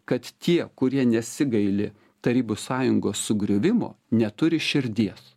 kad tie kurie nesigaili tarybų sąjungos sugriuvimo neturi širdies